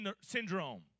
syndrome